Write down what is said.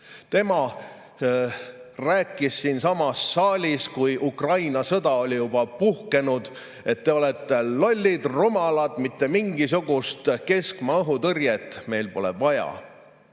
Tema rääkis siinsamas saalis, kui Ukraina sõda oli juba puhkenud: te olete lollid, rumalad, mitte mingisugust keskmaa õhutõrjet meil pole vaja.